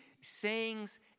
sayings